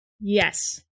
yes